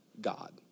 God